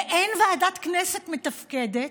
אין ועדת כנסת מתפקדת,